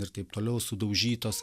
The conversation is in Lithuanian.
ir taip toliau sudaužytos